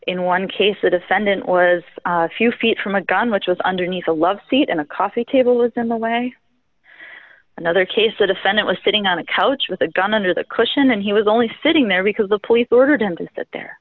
in one case the defendant was a few feet from a gun which was underneath a love seat and a coffee table was in the way another case the defendant was sitting on a couch with a gun under the cushion and he was only sitting there because the police ordered him to sit there